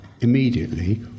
immediately